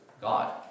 God